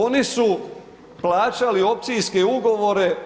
Oni su plaćali opcijske ugovore